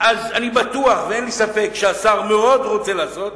אני בטוח ואין לי ספק שהשר מאוד רוצה לעשות,